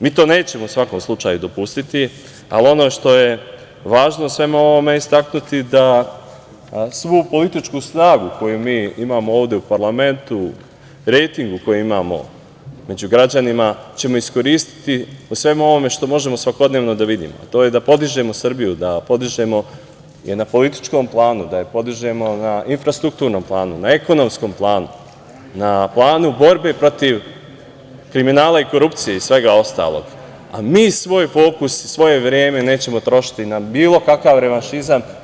Mi to nećemo u svakom slučaju dopustiti, ali ono što je važno u svemu ovome istaknuti da svu političku snagu koju mi imamo ovde u parlamentu, rejtingu koji imamo među građanima ćemo iskoristi o svemu ovome što možemo svakodnevno da vidimo, to je da podižemo Srbiju, da podižemo je na političkom planu, da je podižemo na infrastrukturnom planu, na ekonomskom planu, na planu borbe protiv kriminala i korupcije i svega ostalog, a mi svoj fokus, svoje vreme nećemo trošiti na bilo kakav revanšizam.